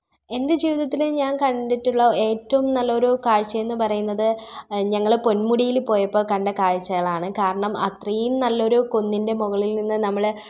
എൻ്റെ ജീവിതത്തിൽ ഞാൻ കണ്ടിട്ടുള്ള ഏറ്റവും നല്ലൊരു കാഴ്ച എന്ന് പറയുന്നത് ഞങ്ങൾ പൊന്മുടിയിൽ പോയപ്പോൾ കണ്ട കാഴ്ചകളാണ് കാരണം അത്രയും നല്ലൊരു കുന്നിൻ്റെ മുകളിൽ നിന്ന് നമ്മൾ